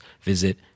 visit